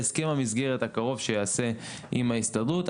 בהסכם המסגרת הקרוב שייעשה עם ההסתדרות.